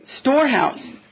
storehouse